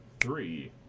three